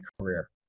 career